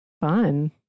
Fun